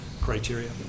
criteria